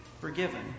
forgiven